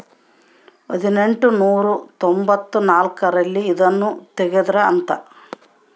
ಹದಿನೆಂಟನೂರ ತೊಂಭತ್ತ ನಾಲ್ಕ್ ರಲ್ಲಿ ಇದುನ ತೆಗ್ದಾರ ಅಂತ